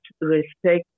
respect